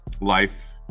life